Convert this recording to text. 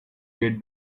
get